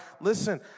Listen